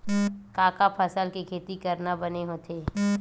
का का फसल के खेती करना बने होथे?